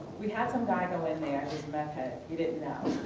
we had some guy go in there, this meth head, we didn't know.